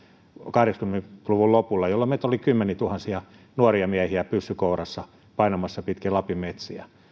kahdeksankymmentä luvun lopulla jolloin meitä oli kymmeniätuhansia nuoria miehiä pyssy kourassa painamassa pitkin lapin metsiä